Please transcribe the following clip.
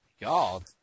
God